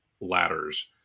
ladders